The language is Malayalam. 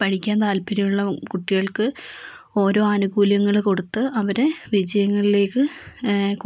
പഠിക്കാൻ താല്പര്യമുള്ള കുട്ടികൾക്ക് ഓരോ ആനുകൂല്യങ്ങൾ കൊടുത്ത് അവരെ വിജയങ്ങളിലേയ്ക്ക്